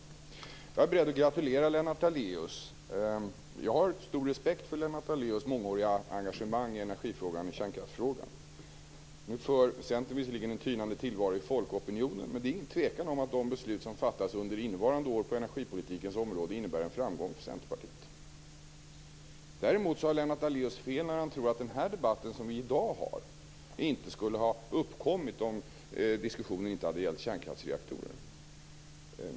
Jag är beredd att gratulera Lennart Daléus. Jag har stor respekt för hans mångåriga engagemang i energifrågan och kärnkraftsfrågan. Nu för Centern visserligen en tynande tillvaro i folkopinionen, men det är inget tvivel om att de beslut som fattas under innevarande år på energipolitikens område innebär en framgång för Centerpartiet. Däremot har Lennart Daléus fel när han tror att den debatt som vi i dag har inte skulle ha uppkommit om diskussionen inte hade gällt kärnkraftsreaktorer.